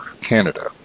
Canada